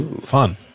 Fun